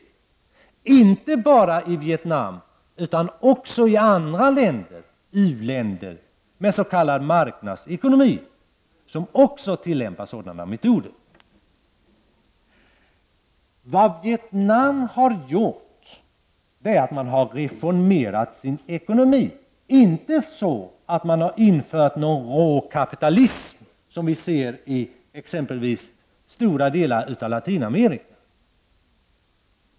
Det gäller då inte bara i Vietnam utan också i andra u-länder med s.k. marknadsekonomi som också tillämpar sådana metoder. Vad Vietnam har gjort är att man har reformerat sin ekonomi. Det är inte så, att man har infört någon form av råkapitalism, som i exempelvis stora delar av Latinamerika.